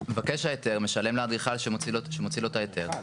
מבקש ההיתר משלם לאדריכל שמוציא לו את ההיתר.